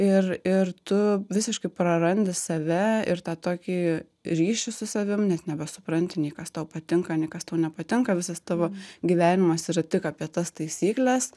ir ir tu visiškai prarandi save ir tą tokį ryšį su savim net nebesupranti nei kas tau patinka nei kas tau nepatinka visas tavo gyvenimas yra tik apie tas taisykles